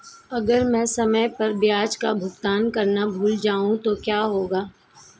अगर मैं समय पर ब्याज का भुगतान करना भूल जाऊं तो क्या होगा?